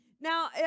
Now